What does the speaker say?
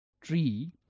tree